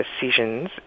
decisions